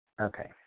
Okay